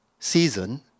season